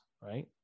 right